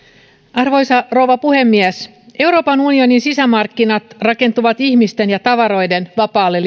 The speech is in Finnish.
arvoisa rouva puhemies euroopan unionin sisämarkkinat rakentuvat ihmisten ja tavaroiden vapaalle